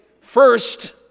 First